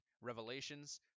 Revelations